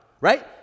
Right